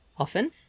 often